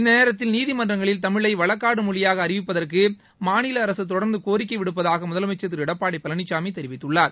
இந்தநேரத்தில் நீதிமன்றங்களில் தமிழைவழக்காடும் மொழியாக அறிவிப்பதற்குமாநில அரசுதொடர்ந்த கோரிக்கைவிடுப்பதாக முதலமைச்சர் திருஎடப்பாடிபழனிசாமி தெரிவித்துள்ளார்